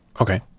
Okay